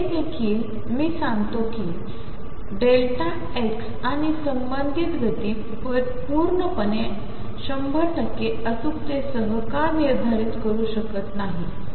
हेदेखीलमलासांगतेकीमी Δx आणिसंबंधितगतीपूर्णपणे 100 अचूकतेसहकानिर्धारितकरूशकतनाही